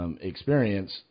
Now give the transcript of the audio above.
experience